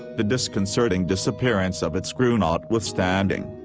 the disconcerting disappearance of its crew notwithstanding,